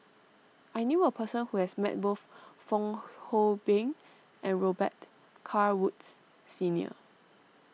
I knew a person who has met both Fong Hoe Beng and Robet Carr Woods Senior